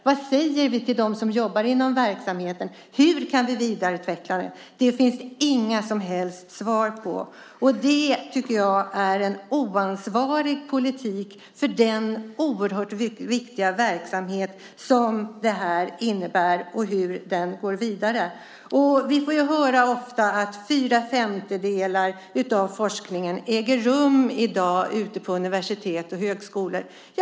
Vad säger vi till dem som jobbar inom verksamheten? Hur kan vi vidareutveckla den? Det finns det inga som helst svar på. Det tycker jag är en oansvarig politik för denna oerhört viktiga verksamhet. Vi får ofta höra att fyra femtedelar av forskningen i dag äger rum ute på universitet och högskolor.